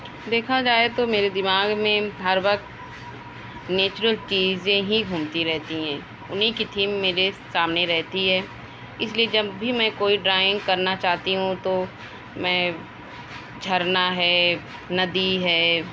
دیکھا جائے تو میرے دماغ میں ہر وقت نیچرل چیزیں ہی گھومتی رہتی ہیں انہی کی تھیم میرے سامنے رہتی ہے اس لئے جب بھی میں کوئی ڈرائنگ کرنا چاہتی ہوں تو میں جھرنا ہے ندی ہے